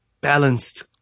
balanced